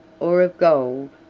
or of gold,